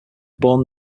born